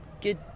good